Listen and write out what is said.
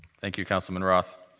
thank you, councilman roth.